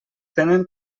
tenen